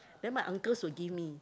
then my uncles will give me